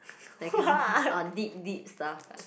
that kind of thing ah deep deep stuff ah